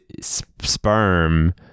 sperm